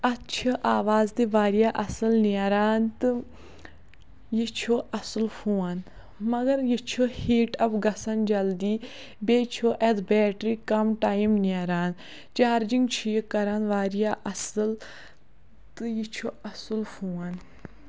اَتھ چھِ آواز تہِ واریاہ اَصٕل نیران تہٕ یہِ چھُ اَصٕل فون مگر یہِ چھُ ہیٖٹ اَپ گژھان جلدی بیٚیہِ چھُ اَتھ بیٹری کَم ٹایِم نیران چارجِنٛگ چھُ یہِ کَران واریاہ اَصٕل تہٕ یہِ چھُ اَصٕل فون